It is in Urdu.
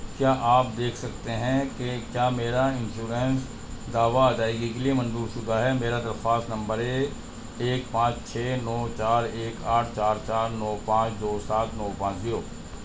کیا آپ دیکھ سکتے ہیں کہ کیا میرا انشورنس دعویٰ ادائیگی کے لیے منظور شدہ ہے میرا درخواست نمبر ہے ایک پانچ چھ نو چار ایک آٹھ چار چار نو پانچ دو سات نو پانچ زیرو